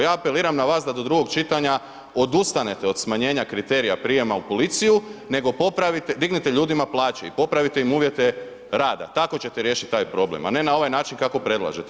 Ja apeliram na vas da do drugog čitanja odustanete od smanjenja kriterija prijama u policiju, nego dignete ljudima plaće i popravite im uvjete rada, tako ćete riješiti taj problem, a ne na ovaj način kako predlažete.